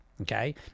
Okay